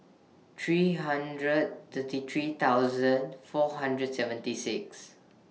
three hundred thirty three thousand four hundred seventy six